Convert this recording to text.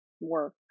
work